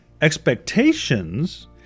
expectations